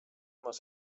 muss